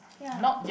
ya